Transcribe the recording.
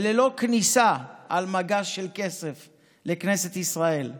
וללא כניסה על מגש של כסף לכנסת ישראל.